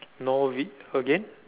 no vet again